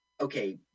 okay